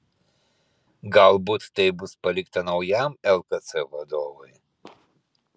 galbūt tai bus palikta naujam lkc vadovui